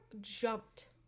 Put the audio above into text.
jumped